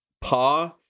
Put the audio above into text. Paw